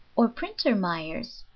or printer myers,